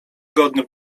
godny